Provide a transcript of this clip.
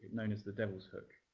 known as the devil's hook.